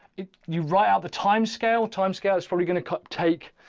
if you write out the timescale timescale, it's probably going to take